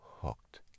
hooked